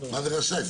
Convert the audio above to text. מה זה רשאי?